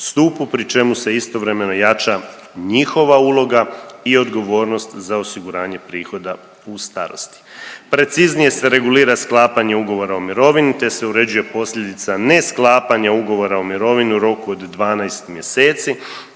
pri čemu se istovremeno jača njihova uloga i odgovornost za osiguranje prihoda u starosti. Preciznije se regulira sklapanje ugovora o mirovini te se uređuje posljedica nesklapanja ugovora o mirovini u roku od 12 mjeseci